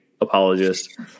apologist